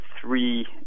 three